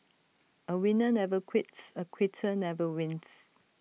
A winner never quits A quitter never wins